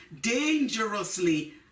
dangerously